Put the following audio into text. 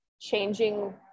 changing